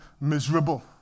miserable